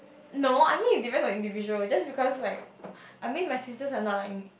no I mean is define like individual just because like I mean my sisters are not like me